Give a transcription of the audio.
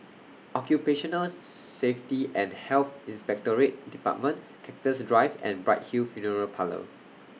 Occupational Safety and Health Inspectorate department Cactus Drive and Bright Hill Funeral Parlour